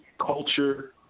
culture